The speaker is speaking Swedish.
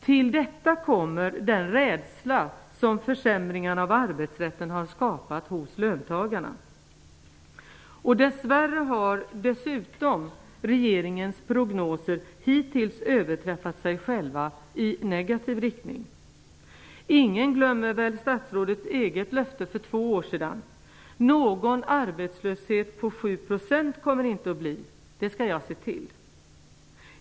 Till detta kommer den rädsla som försämringarna av arbetsrätten har skapat hos löntagarna. Dess värre har regeringens prognoser dessutom hittills överträffat sig själva i negativ riktning. Ingen glömmer väl statsrådets eget löfte för två år sedan: Någon arbetslöshet på 7 % kommer det inte att bli -- det skall jag se till.